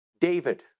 David